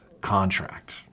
contract